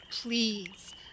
please